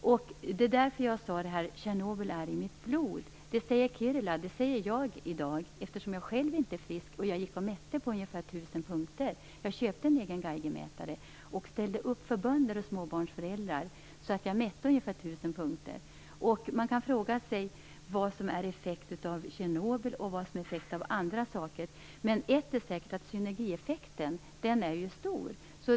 Det är därför jag sade detta att Tjernobyl är i mitt blod. Det säger Kiryla, och det säger jag i dag eftersom jag själv inte är frisk. Jag gick och mätte på ungefär 1 000 punkter. Jag köpte en egen geigermätare och ställde upp för bönder och småbarnsföräldrar och mätte på ungefär 1 000 punkter. Man kan fråga sig vad som är effekter av Tjernobyl och vad som är effekter av andra saker, men ett är säkert, och det är att synergieffekten är stor.